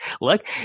look